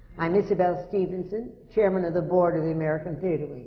i'm isabelle stevenson, chairman of the board of the american theatre